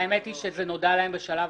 האמת היא שזה נודע להם בשלב